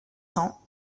cents